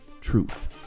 truth